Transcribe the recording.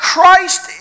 Christ